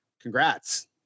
congrats